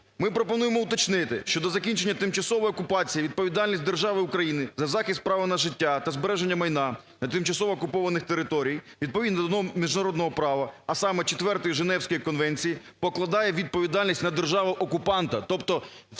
Ми пропонуємо уточнити щодо закінчення тимчасової окупації, відповідальність держави України за захист права на життя та збереження майна на тимчасово окупованих територіях, відповідно до норм міжнародного права, а саме Четвертої Женевської конвенції, покладає відповідальність на державу-окупанта. Тобто все,